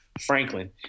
Franklin